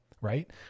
right